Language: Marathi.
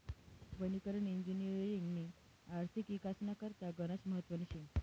वनीकरण इजिनिअरिंगनी आर्थिक इकासना करता गनच महत्वनी शे